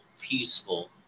peaceful